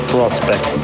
Prospect